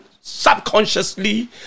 subconsciously